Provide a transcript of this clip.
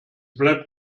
bleibt